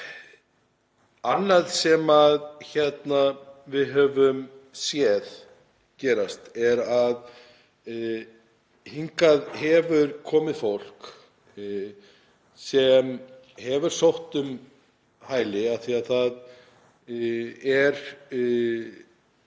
Annað sem við höfum séð gerast er að hingað hefur komið fólk sem hefur sótt um hæli af því að það er